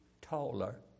taller